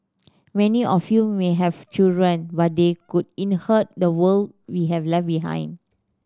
many of you may have children but they could inherit the world we have left behind